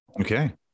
Okay